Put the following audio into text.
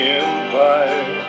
empire